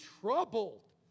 troubled